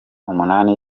umunani